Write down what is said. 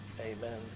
amen